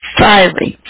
fiery